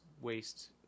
waste